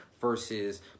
versus